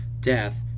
death